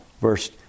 verse